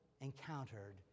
encountered